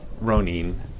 Ronin